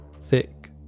thick